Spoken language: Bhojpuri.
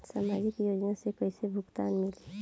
सामाजिक योजना से कइसे भुगतान मिली?